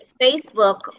Facebook